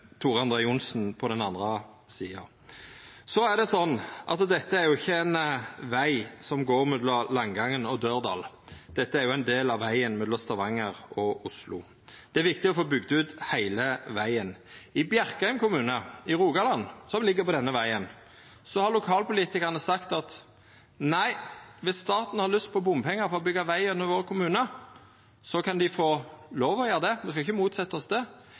Tor André Johnsen på den andre sida. Dette er ikkje ein veg som går mellom Langangen og Dørdal, dette er ein del av vegen mellom Stavanger og Oslo. Det er viktig å få bygd ut heile vegen. I Bjerkreim kommune i Rogaland, som ligg på denne vegen, har lokalpolitikarane sagt at nei, viss staten har lyst på bompengar for å byggja veg gjennom vår kommune, kan dei få lov til å gjera det, me skal ikkje motsetja oss det,